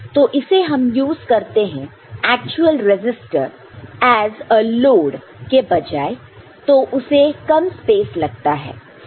तो इसे हम यूज करते हैं actual register as a load के बजाय तो उसे कम स्पेसलगता है